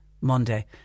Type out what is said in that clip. Monday